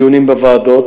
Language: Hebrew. דיונים בוועדות,